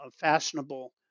fashionable